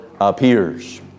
appears